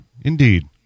Indeed